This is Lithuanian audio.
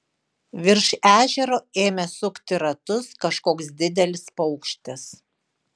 virš ežero ėmė sukti ratus kažkoks didelis paukštis